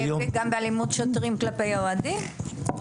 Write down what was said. וגם באלימות שוטרים כלפי האוהדים?